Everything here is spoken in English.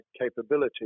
capability